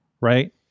right